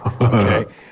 Okay